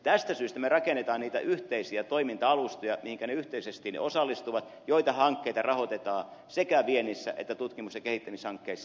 tästä syystä me rakennamme niitä yhteisiä toiminta alustoja mihinkä ne yhteisesti osallistuvat jolloin hankkeita rahoitetaan sekä viennissä että tutkimus ja kehittämishankkeissa